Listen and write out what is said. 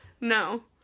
No